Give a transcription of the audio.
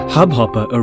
Hubhopper